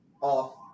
off